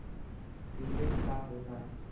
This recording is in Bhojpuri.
पी.एफ का होला?